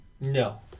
no